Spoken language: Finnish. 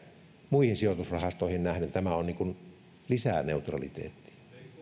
muihin sijoitusrahastoihin nähden tämä lisää neutraliteettia